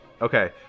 Okay